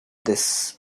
this